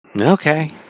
Okay